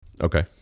Okay